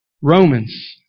Romans